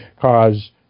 cause